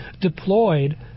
deployed